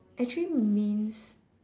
actually means